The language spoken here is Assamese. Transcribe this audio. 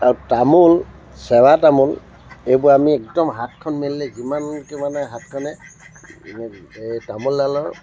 আৰু তামোল চৰা তামোল এইবোৰ আমি একদম হাতখন মেলিলে যিমানকৈ মানে হাতখনে এই তামোলডালৰ